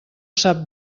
sap